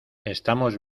estamos